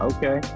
Okay